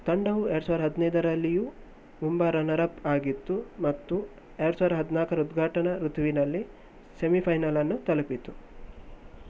ತಂಡವು ಎರಡು ಸಾವಿರ ಹದಿನೈದರಲ್ಲಿಯೂ ರನ್ನರ್ ಅಪ್ ಆಗಿತ್ತು ಮತ್ತು ಎರಡು ಸಾವಿರ ಹದಿನಾಲ್ಕರ ಉದ್ಘಾಟನಾ ಋತುವಿನಲ್ಲಿ ಸೆಮಿ ಫೈನಲನ್ನು ತಲುಪಿತು